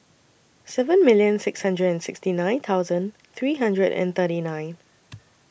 seven million six hundred and sixty nine thousand three hundred and thirty nine